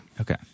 okay